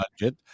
budget